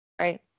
Right